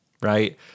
right